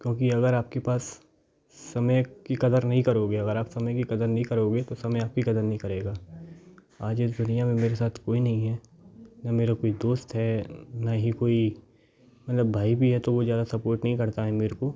क्योंकि अगर आपके पास समय की क़दर नहीं करोगे अगर आप समय की क़दर नी करोगे तो समय आपकी क़दर नी करेगा आज इस दुनिया में मेरे साथ कोई नहीं है ना मेरा कोई दोस्त है ना ही कोई मतलब भाई भी है तो वो ज़्यादा सपोर्ट नहीं करता है मेरे को